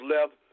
left